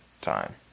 time